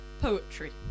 poetry